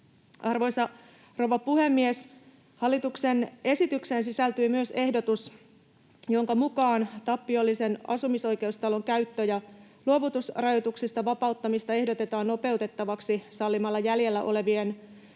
Arvoisa rouva puhemies! Hallituksen esitykseen sisältyy myös ehdotus, jonka mukaan tappiollisen asumisoikeustalon käyttö‑ ja luovutusrajoituksista vapauttamista ehdotetaan nopeutettavaksi sallimalla jäljellä olevien